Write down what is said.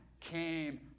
came